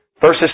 Verses